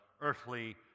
earthly